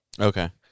Okay